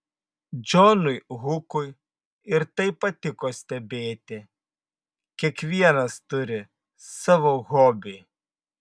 džonui hukui ir tai patiko stebėti kiekvienas turi savo hobį